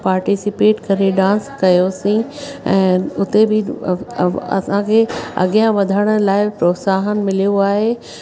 participate करे dance कयोसीं ऐं उते बि असांखे अॻियां वधण लाइ प्रोत्साहन मिलियो आहे